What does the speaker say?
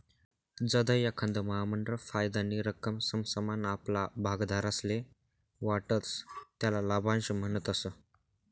जधय एखांद महामंडळ फायदानी रक्कम समसमान आपला भागधारकस्ले वाटस त्याले लाभांश म्हणतस